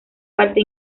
parte